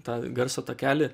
tą garso takelį